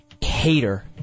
Hater